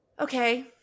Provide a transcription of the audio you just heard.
okay